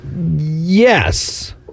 Yes